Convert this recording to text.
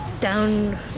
Down